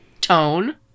tone